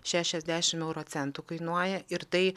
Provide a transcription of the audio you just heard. šešiasdešimt euro centų kainuoja ir tai